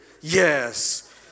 Yes